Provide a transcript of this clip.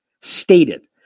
Stated